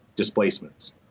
displacements